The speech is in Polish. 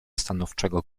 stanowczego